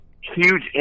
huge